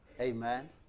Amen